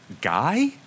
guy